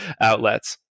outlets